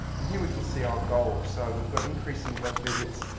and here we can see our goals. we've got increasing web visits,